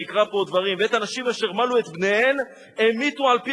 ואני אקרא פה עוד דברים: ואת הנשים אשר מלו את בניהן המיתו על-פי